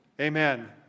Amen